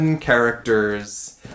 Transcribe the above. Characters